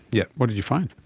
yes. what did you find?